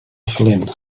flynn